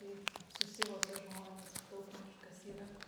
kai susivokia žmogus daugmaž kas yra